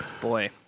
boy